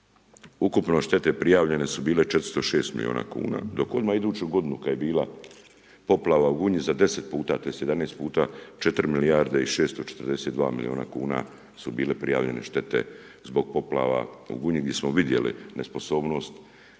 ukupno štete prijavljene su bile 406 milijuna kuna, dok odmah iduću godinu kad je bila poplava u Gunji za 10 puta, tj. 17 puta 4 milijarde i 642 milijuna kuna su bile prijavljene štete zbog poplava u Gunji gdje smo vidjeli nesposobnost